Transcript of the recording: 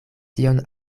tion